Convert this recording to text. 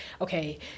okay